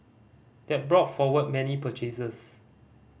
that brought forward many purchases